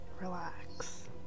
Relax